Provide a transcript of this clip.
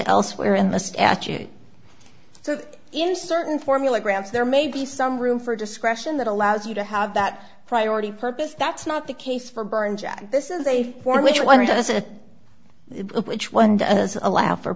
elsewhere in the statute so in certain formula grants there may be some room for discretion that allows you to have that priority purpose that's not the case for byrne jack this is a form which one doesn't it which one does allow for